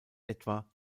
etwa